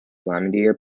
vladimir